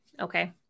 okay